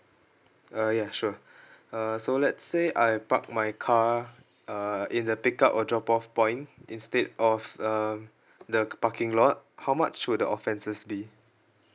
ah ya sure uh so let's say I park my car uh in the pick up or drop off point instead of um the parking lot how much would the offenses be